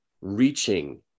reaching